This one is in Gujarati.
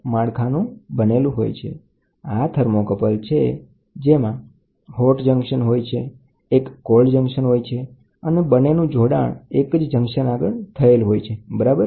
તો આ થર્મોકપલ્સ છે તો આ થર્મોકપલમાં તમારી પાસે હોટ જંકશન છે તમારી પાસે કોલ્ડ જંકશન છે તો બંને એક જ જંકશન છે બરાબર